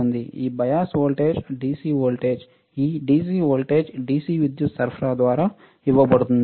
ఈ bias voltage DC voltage ఈ DC voltage DC విద్యుత్ సరఫరా ద్వారా ఇవ్వబడుతుంది